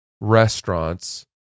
restaurants